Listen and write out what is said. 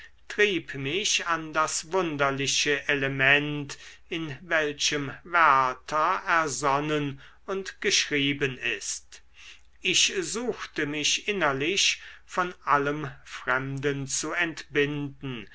trieb mich an das wunderliche element in welchem werther ersonnen und geschrieben ist ich suchte mich innerlich von allem fremden zu entbinden